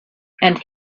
and